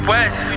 West